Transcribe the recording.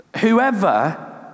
Whoever